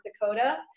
Dakota